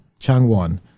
Changwon